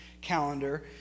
calendar